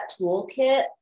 toolkit